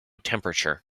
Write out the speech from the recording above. temperature